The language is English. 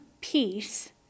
peace